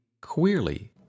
queerly